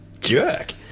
jerk